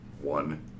One